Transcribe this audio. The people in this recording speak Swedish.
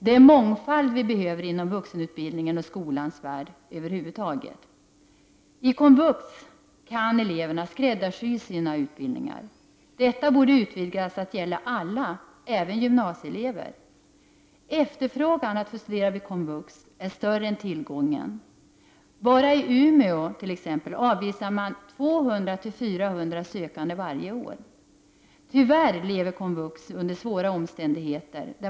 Det är mångfald vi behöver inom vuxenutbildningen och i skolans värld över huvud taget. I komvux kan eleverna skräddarsy sina utbildningar. Detta borde utvidgas till att gälla alla, även gymnasieelever. Efterfrågan på att få studera vid komvux är större än tillgången. Bara i Umeå avvisar man 200-400 sökande varje år. Tyvärr lever komvux under svåra omständigheter.